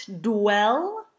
dwell